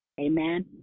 Amen